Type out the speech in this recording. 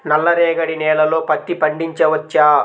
నల్ల రేగడి నేలలో పత్తి పండించవచ్చా?